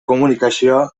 komunikazio